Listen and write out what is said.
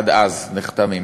עד אז נחתמים.